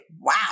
wow